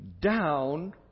down